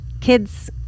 kids